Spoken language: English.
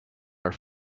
are